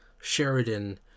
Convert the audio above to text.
Sheridan